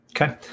Okay